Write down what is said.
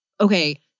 Okay